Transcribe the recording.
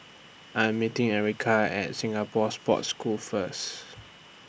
I Am meeting Ericka At Singapore Sports School First